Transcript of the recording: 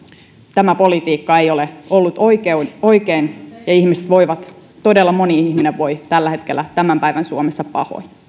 tämä politiikka ei ole ollut oikein ja ihmiset voivat todella moni ihminen voi tällä hetkellä tämän päivän suomessa pahoin